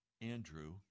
Andrew